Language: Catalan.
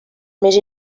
més